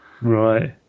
Right